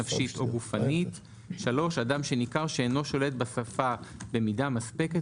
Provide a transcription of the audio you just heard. נפשית או גופנית; (3)אדם שניכר שאינו שולט בשפה במידה מספקת